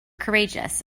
courageous